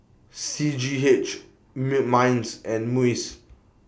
C G H M Minds and Muis